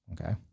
Okay